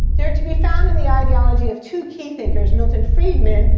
they're to be found in the ideology of two key thinkers, milton friedman,